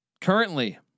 currently